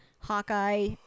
Hawkeye